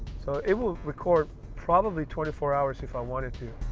so it will record probably twenty four hours if i wanted to.